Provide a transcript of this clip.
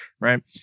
right